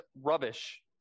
rubbish